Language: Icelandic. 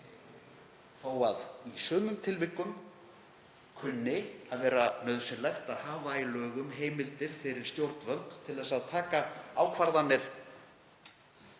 þótt í sumum tilvikum kunni að vera nauðsynlegt að hafa í lögum heimildir fyrir stjórnvöld til að taka ákvarðanir